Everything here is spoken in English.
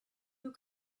who